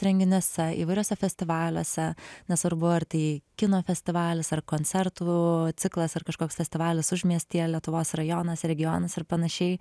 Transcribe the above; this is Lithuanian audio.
renginiuose įvairiuose festivaliuose nesvarbu ar tai kino festivalis ar koncertų ciklas ar kažkoks festivalis užmiestyje lietuvos rajonas regionas ir panašiai